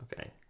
okay